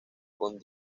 con